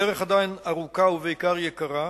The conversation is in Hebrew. הדרך עדיין ארוכה ובעיקר יקרה.